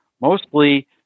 mostly